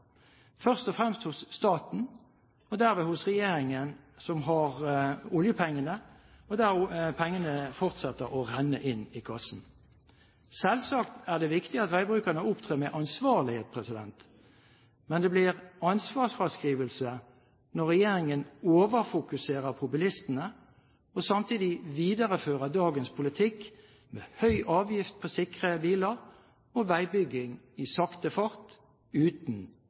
først og fremst hos staten, og derved hos regjeringen, som har oljepengene, og der pengene fortsetter å renne inn i kassen. Selvsagt er det viktig at veibrukerne opptrer med ansvarlighet, men det blir ansvarsfraskrivelse når regjeringen overfokuserer på bilistene og samtidig viderefører dagens politikk med høy avgift på sikre biler og veibygging i sakte fart uten